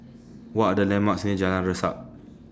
What Are The landmarks near Jalan Resak